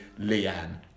Leanne